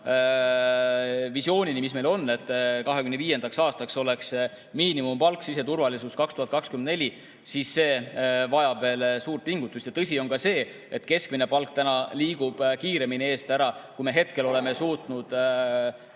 visioonini, mis meil on, et 2025. aastaks oleks miinimumpalk siseturvalisuses 2024 , on[eurot]vaja veel suurt pingutust. Tõsi on ka see, et keskmine palk liigub kiiremini eest ära, kui me oleme suutnud